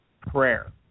prayer